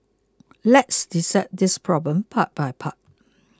let's dissect this problem part by part